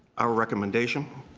our recommendation